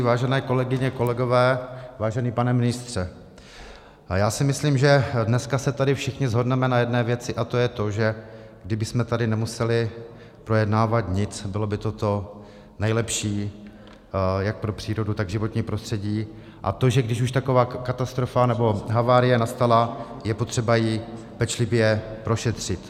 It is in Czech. Vážené kolegyně, kolegové, vážený pane ministře, já si myslím, že dnes se tady všichni shodneme na jedné věci, a to je, že kdybychom tady nemuseli projednávat nic, bylo by to nejlepší jak pro přírodu, tak pro životní prostředí, a když už taková katastrofa nebo havárie nastala, je potřeba ji pečlivě prošetřit.